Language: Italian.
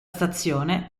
stazione